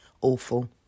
Awful